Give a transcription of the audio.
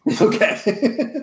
Okay